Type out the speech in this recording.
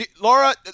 Laura